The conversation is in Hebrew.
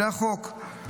זה החוק.